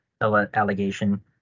allegation